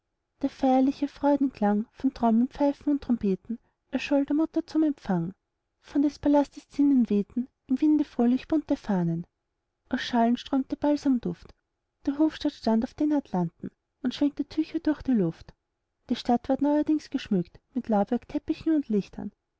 der feierliche freudenklang von trommeln pfeifen und trompeten erscholl der mutter zum empfang von des palastes zinnen wehten im winde fröhlich bunte fahnen aus schalen strömte balsamduft der hofstaat stand auf den altanen und schwenkte tücher durch die luft die stadt ward neuerdings geschmückt mit laubwerk teppichen und lichtern